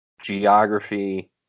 geography